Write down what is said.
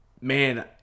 man